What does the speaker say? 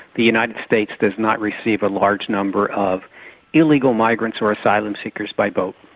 the united states does not receive a large number of illegal migrants or asylum seekers by boat.